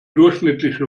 durchschnittliche